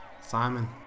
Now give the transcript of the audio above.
Simon